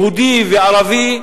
יהודי וערבי,